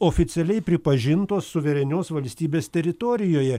oficialiai pripažintos suverenios valstybės teritorijoje